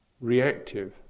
reactive